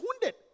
wounded